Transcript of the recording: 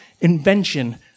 invention